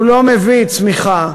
הוא לא מביא צמיחה,